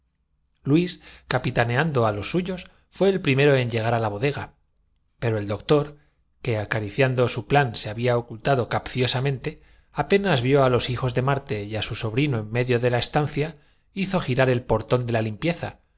luís capitaneando á los suyos fué el primero en llegau á la bodega pero el doctor que acariciando su plan se había ocultado capciosamente apenas vio á los hijos de marte y á su sobrino en medio de la estan cia hizo girar el portón de la limpieza